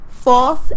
false